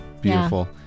beautiful